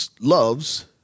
loves